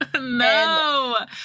No